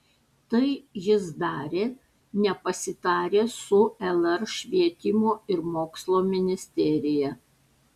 tai jis darė nepasitaręs su lr švietimo ir mokslo ministerija